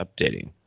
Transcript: updating